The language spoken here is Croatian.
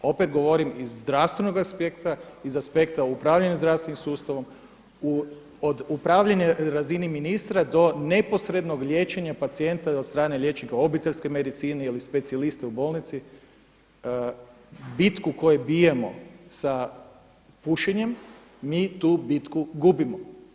Opet govorim iz zdravstvenoga aspekta, iz aspekta upravljanja zdravstvenim sustavom od upravljanja na razini ministra do neposrednog liječenja pacijenta od strane liječnika obiteljske medicine ili specijalista u bolnici bitku koju bijemo sa pušenjem mi tu bitku gubimo.